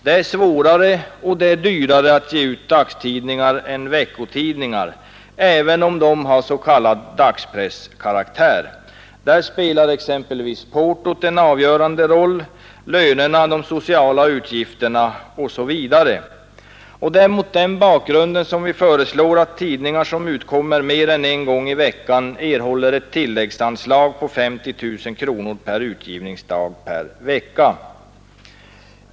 Det är svårare och dyrare att ge ut dagstidningar än veckotidningar, även om dessa har s.k. dagspresskaraktär. Här spelar portot en avgörande roll liksom lönerna, de sociala utgifterna osv. Det är mot den bakgrunden som vi föreslår att tidningar som utkommer mer än en gång i veckan erhåller ett tilläggsanslag på 50 000 kronor per utgivningsdag per vecka.